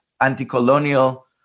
anti-colonial